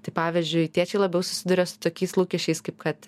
tai pavyzdžiui tėčiai labiau susiduria su tokiais lūkesčiais kaip kad